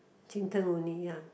Cheng-Teng only ya